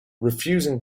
refusing